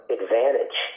advantage